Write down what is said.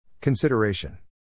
Consideration